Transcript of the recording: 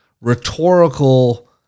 rhetorical